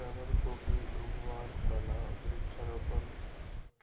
rubber, coffee उगव्वार त न वृक्षारोपण